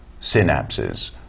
synapses